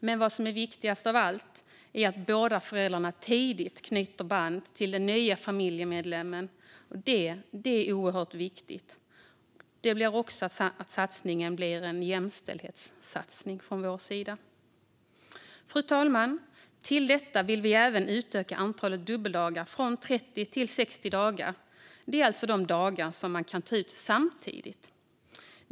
Men viktigast av allt är att båda föräldrarna tidigt knyter band till den nya familjemedlemmen. Detta är oerhört viktigt. Satsningen blir alltså även en jämställdhetssatsning från vår sida. Fru talman! Till detta vill vi även utöka antalet dubbeldagar från 30 till 60; det är alltså de dagar som man kan ta ut samtidigt.